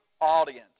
audience